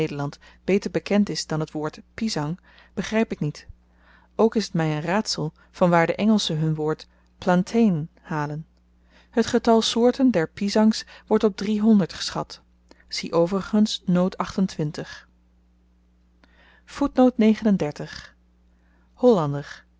beter bekend is dan t woord pisang begryp ik niet ook is t my een raadsel vanwaar de engelschen hun woord plantain halen het getal soorten der pisangs wordt op driehonderd geschat zie overigens noot hollander